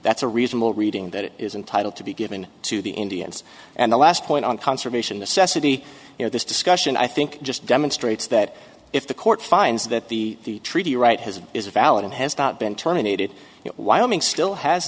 that's a reasonable reading that it is entitled to be given to the indians and the last point on conservation the sesame you know this discussion i think just demonstrates that if the court finds that the treaty right has is valid and has not been terminated wyoming still has